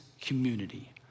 community